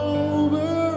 over